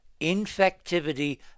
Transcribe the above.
infectivity